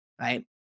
right